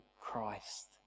Christ